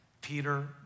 Peter